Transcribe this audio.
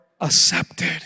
accepted